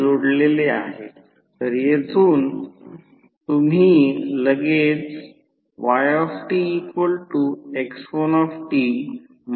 आणि दोन्ही वाइंडिंगमध्ये फ्लक्सचा कोणताही लिकेज नाही अजिबात लिकेज नाही असे गृहीत धरत आहे आणि फ्लक्स दोन्ही वायडिंगला पूर्णपणे जोडतो